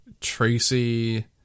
Tracy